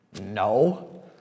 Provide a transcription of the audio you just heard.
no